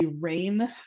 rain